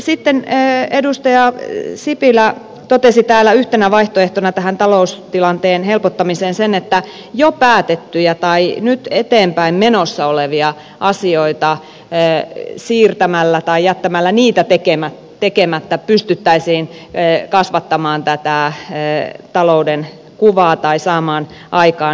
sitten edustaja sipilä totesi täällä yhtenä vaihtoehtona tähän taloustilanteen helpottamiseen sen että jo päätettyjä tai nyt eteenpäin menossa olevia asioita siirtämällä tai tekemättä jättämällä pystyttäisiin kasvattamaan tätä talouden kuvaa tai saamaan aikaan säästöjä